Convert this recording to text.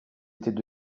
étaient